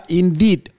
indeed